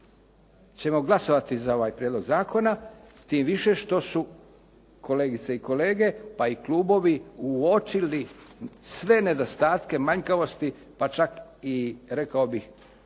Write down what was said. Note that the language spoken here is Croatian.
ćemo glasovati za ovaj prijedlog zakona tim više što su kolegice i kolege pa i klubovi, uočili sve nedostatke, manjkavosti pa čak i rekao bih